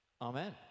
Amen